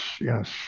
yes